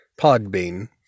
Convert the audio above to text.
Podbean